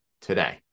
today